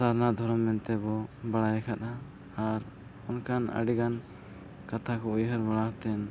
ᱥᱟᱨᱱᱟ ᱫᱷᱚᱨᱚᱢ ᱢᱮᱱ ᱛᱮᱵᱚᱱ ᱵᱟᱲᱟᱭ ᱟᱠᱟᱫᱼᱟ ᱟᱨ ᱚᱱᱠᱟᱱ ᱟᱹᱰᱤᱜᱟᱱ ᱠᱟᱛᱷᱟ ᱠᱚ ᱩᱭᱦᱟᱹᱨ ᱵᱟᱲᱟ ᱠᱟᱛᱮᱫ